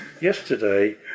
yesterday